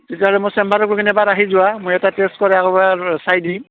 তেতিয়াহ'লে মোৰ চেম্বাৰকলৈকেন এবাৰ আহি যোৱা মই এটা টেষ্ট কৰাই আৰু এবাৰ চাই দিম